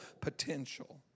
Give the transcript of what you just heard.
potential